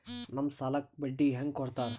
ನಮ್ ಸಾಲಕ್ ಬಡ್ಡಿ ಹ್ಯಾಂಗ ಕೊಡ್ತಾರ?